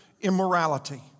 immorality